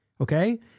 Okay